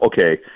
okay